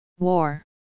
war